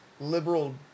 liberal